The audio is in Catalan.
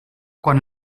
quan